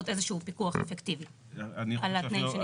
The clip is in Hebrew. איזה שהוא פיקוח אפקטיבי על התנאים שנקבעים לבעלי העסקים.